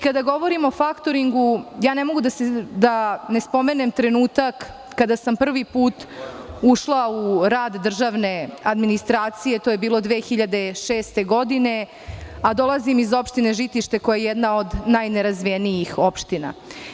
Kada govorimo o faktoringu ne mogu da ne spomenem trenutak kada sam prvi put ušla u rad državne administracije, to je bilo 2006. godine, a dolazim iz opštine Žitište, koja je jedna od najnerazvijenijih opština.